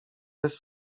bez